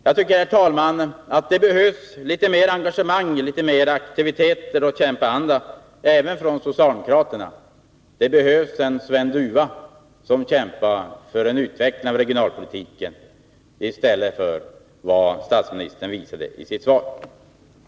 Jag tycker det behövs litet mera engagemang, aktiviteter och kämparanda även hos socialdemokraterna. Det behövs en Sven Dufva som kämpar för en utveckling av regionalpolitiken i stället för den anda som statsministern visade i sitt svar. att minska vantrivseln hos personer som tvingas flytta